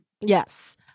yes